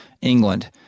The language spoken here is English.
England